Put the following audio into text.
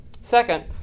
Second